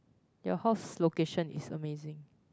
your house location is amazing